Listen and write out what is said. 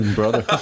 brother